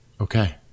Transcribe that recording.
Okay